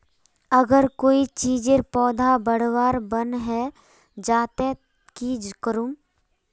अगर कोई चीजेर पौधा बढ़वार बन है जहा ते की करूम?